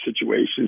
situations